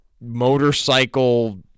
motorcycle